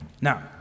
Now